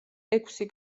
ექვსი